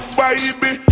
baby